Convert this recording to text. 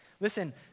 Listen